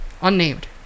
Unnamed